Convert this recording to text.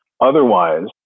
Otherwise